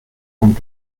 und